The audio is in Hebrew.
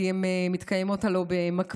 כי הם מתקיימות הלוא במקביל,